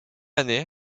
année